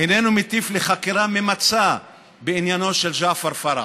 איננו מטיף לחקירה ממצה בעניינו של ג'עפר פרח.